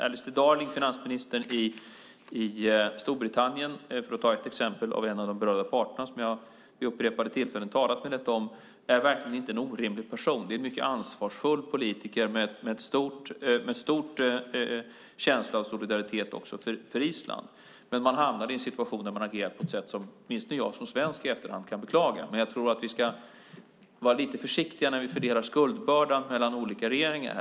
Alistair Darling, finansminister i Storbritannien, för att ta ett exempel på en av de berörda parterna som jag vid upprepade tillfällen talat med detta om, är verkligen inte en orimlig person. Det är en mycket ansvarsfull politiker med stor känsla av solidaritet också för Island. Men man hamnade i en situation där man agerade på ett sätt som åtminstone jag som svensk i efterhand kan beklaga. Jag tror att vi ska vara lite försiktiga när vi ska fördela skuldbördan mellan olika regeringar.